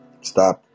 Stop